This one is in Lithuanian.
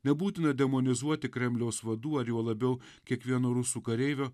nebūtina demonizuoti kremliaus vadų ar juo labiau kiekvieno rusų kareivio